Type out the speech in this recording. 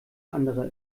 andere